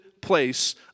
place